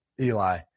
Eli